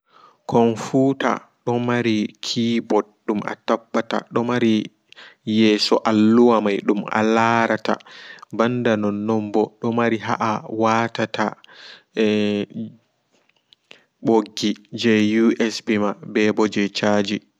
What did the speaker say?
Konfuta domari keyɓoard dum atappata domari yeso alluha mai dum alarata ɓanda nonno ɓo domari ha awatata ɓoggi jei usɓ ma ɓeɓo jei charji